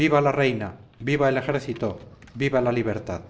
viva la reina viva el ejército viva la libertad